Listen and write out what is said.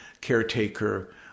caretaker